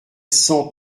cent